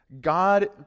God